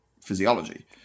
physiology